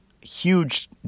huge